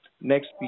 next